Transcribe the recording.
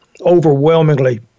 overwhelmingly